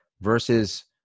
versus